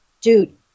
Dude